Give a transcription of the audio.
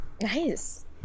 Nice